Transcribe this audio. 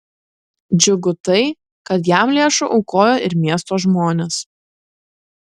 džiugu tai kad jam lėšų aukojo ir miesto žmonės